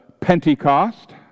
Pentecost